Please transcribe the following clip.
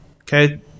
Okay